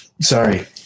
sorry